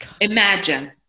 Imagine